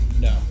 No